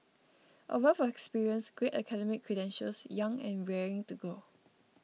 a wealth of experience great academic credentials young and raring to go